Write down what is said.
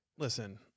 Listen